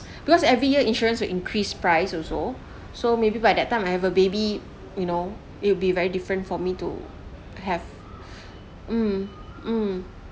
because every year insurance will increase price also so maybe by that time I have a baby you know it'll be very different for me to have um